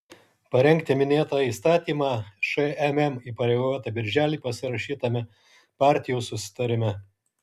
parengti minėtą įstatymą šmm įpareigota birželį pasirašytame partijų susitarime